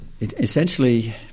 essentially